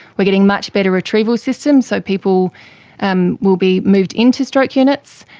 are getting much better retrieval systems, so people um will be moved into stroke units.